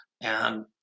and-